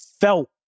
felt